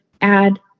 add